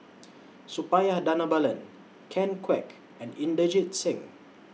Suppiah Dhanabalan Ken Kwek and Inderjit Singh